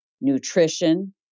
nutrition